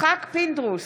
יצחק פינדרוס,